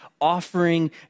offering